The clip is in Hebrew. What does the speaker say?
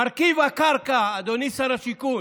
מרכיב הקרקע, אדוני שר השיכון,